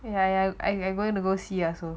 ya ya I gona go see also